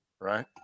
right